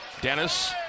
Dennis